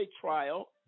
trial